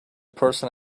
person